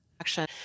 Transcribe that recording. action